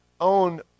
own